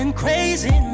crazy